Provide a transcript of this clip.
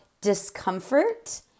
discomfort